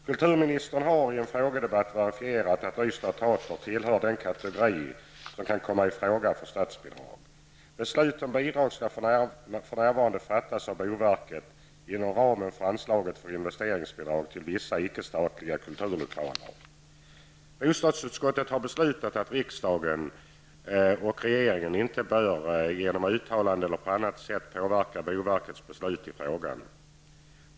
Kulturministern har i en frågedebatt verifierat att Ystads Teater tillhör den kategori som kan komma i fråga för statsbidrag. Beslut om bidrag skall för närvarande fattas av boverket inom ramen för anslaget för investeringsbidrag till vissa icke-statliga kulturlokaler. Bostadsutskottet har beslutat att riksdagen och regeringen inte bör genom uttalande eller på annat sätt påverka boverkets beslut i frågan.